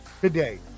today